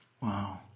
Wow